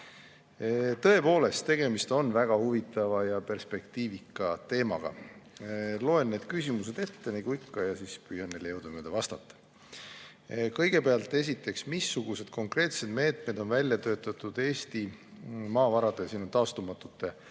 Tõepoolest, tegemist on väga huvitava ja perspektiivika teemaga. Loen küsimused ette nagu ikka ja siis püüan neile jõudumööda vastata. Esiteks: "Missugused konkreetsed meetmed on välja töötatud Eesti taastumatute